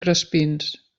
crespins